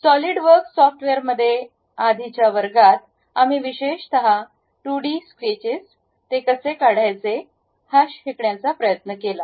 SolidWorks सॉफ्टवेअरमध्ये शेवटच्या वर्गात आम्ही विशेषत 2D स्केचेस ते कसे काढायचे ते शिकण्याचा प्रयत्न केला